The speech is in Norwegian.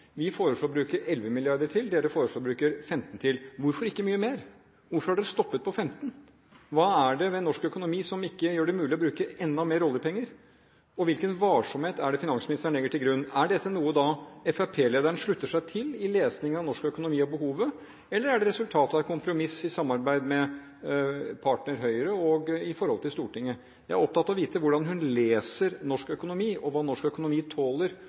regjeringen foreslår å bruke 15 mrd. kr til. Hvorfor ikke mye mer? Hvorfor har de stoppet på 15? Hva er det ved norsk økonomi som gjør at det ikke er mulig å bruke enda mer oljepenger, og hvilken varsomhet er det finansministeren legger til grunn? Er dette noe Fremskrittsparti-lederen slutter seg til i lesning av norsk økonomi og behovet, eller er det resultat av et kompromiss i samarbeid med partner Høyre og med tanke på Stortinget? Jeg er opptatt av å vite hvordan hun leser norsk økonomi og hva norsk økonomi tåler